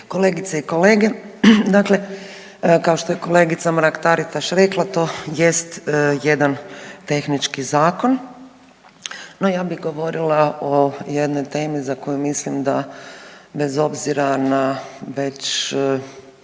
kolegice i kolege dakle kao što je kolegica Mrak Taritaš rekla to jest jedan tehnički zakon, no ja bi govorila o jednoj temu za koju mislim da bez obzira na već